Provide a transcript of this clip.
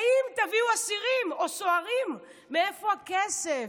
ואם תביאו אסירים או סוהרים, מאיפה הכסף?